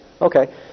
Okay